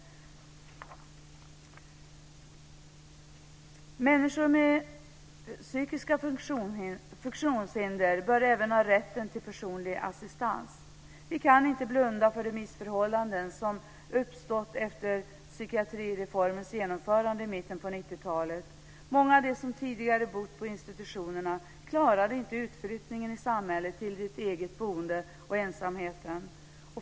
Även människor med psykiska funktionshinder bör ha rätt till personlig assistans. Vi kan inte blunda för de missförhållanden som uppstått efter psykiatrireformens genomförande i mitten på 90-talet. Många av dem som tidigare bott på institutionerna klarade inte utflyttningen i samhället till ett eget boende och ensamheten.